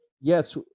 yes